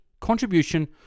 contribution